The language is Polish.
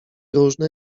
różne